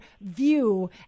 view